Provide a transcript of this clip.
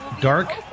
dark